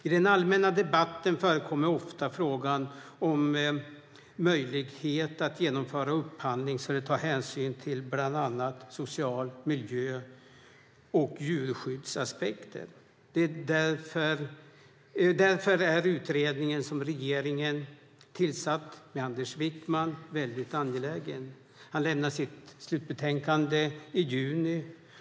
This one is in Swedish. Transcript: I den allmänna debatten förekommer ofta frågan om möjlighet att genomföra upphandlingar så att de tar hänsyn till social miljö och djurskydd. Därför är utredningen som regeringen tillsatt med Anders Wickman väldigt angelägen. Han lämnar sitt slutbetänkande i juni.